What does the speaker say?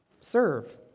Serve